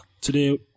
Today